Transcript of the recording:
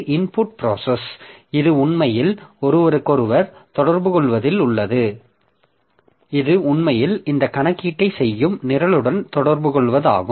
இது உண்மையில் இந்த கணக்கீட்டைச் செய்யும் நிரலுடன் தொடர்புகொள்வதாகும்